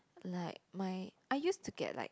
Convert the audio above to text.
like my I used to get like